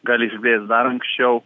gali išblėst dar anksčiau